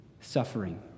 suffering